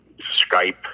Skype